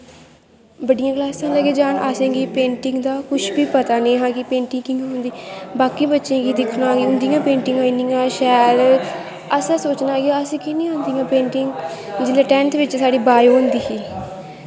बड्डियें कलासें लग्गे जान असेंगी पेंटिंग दा कुछ बी पता नेईं हा कि पेंटिंग कि'यां होंदी बाकी बच्चें गी दिक्खना उं'दियां पेंटिंगां इन्नियां शैल असें सोचनां कि असेंगी कीऽ निं औंदी पेंटिंग जिसलै टैंथ बिच्च साढ़ी बायो होंदी ही